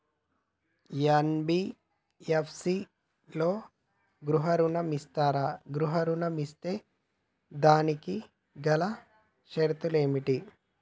NBFC లలో గృహ ఋణం ఇస్తరా? గృహ ఋణం ఇస్తే దానికి గల షరతులు ఏమిటి?